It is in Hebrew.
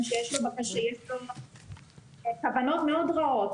יכול להיות גם שיש לו כוונות מאוד רעות,